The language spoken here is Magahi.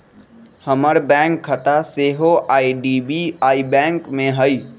हमर बैंक खता सेहो आई.डी.बी.आई बैंक में हइ